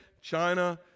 China